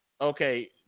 okay